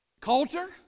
Coulter